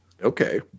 okay